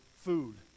food